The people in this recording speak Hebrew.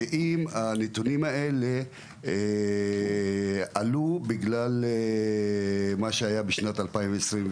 ואם הנתונים האלה עלו בגלל מה שהיה בשנת 2021,